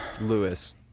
Lewis